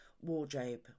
wardrobe